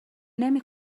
نمی